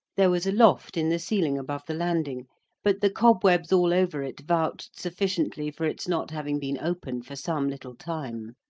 there was a loft in the ceiling above the landing but the cobwebs all over it vouched sufficiently for its not having been opened for some little time.